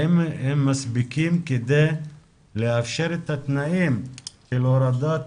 מספיקים כדי לאפשר את התנאים להורדת